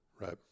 Right